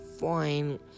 fine